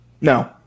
No